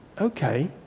okay